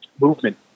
movement